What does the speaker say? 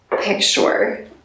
picture